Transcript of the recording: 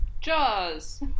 jaws